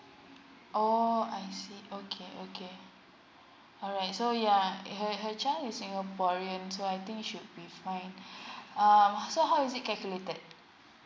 oh I see okay okay alright so yeah her her child is singaporean so I think should be fine um so how is it calculated